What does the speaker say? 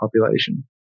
population